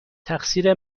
تقصیر